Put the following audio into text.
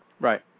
Right